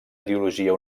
ideologia